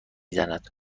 زند